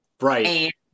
Right